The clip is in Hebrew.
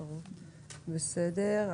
בסדר.